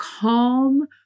calm